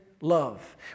love